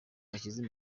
ashyize